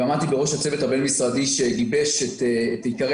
עמדתי בראש הצוות הבין-משרדי שגיבש את עיקרי